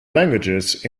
languages